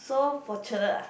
so fortunate uh